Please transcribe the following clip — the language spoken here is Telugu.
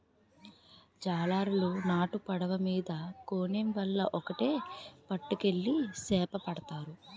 జాలరులు నాటు పడవ మీద కోనేమ్ వల ఒక్కేటి పట్టుకెళ్లి సేపపడతారు